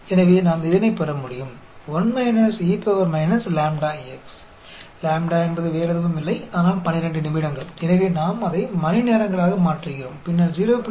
எனவே நாம் இதனைப் பெறமுடியும் லாம்ப்டா என்பது வேறெதுவும் இல்லை ஆனால் 12 நிமிடங்கள் எனவே நாம் அதை மணிநேரங்களாக மாற்றுகிறோம் பின்னர் 0